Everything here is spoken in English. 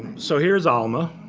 so here's alma.